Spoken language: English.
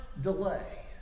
delay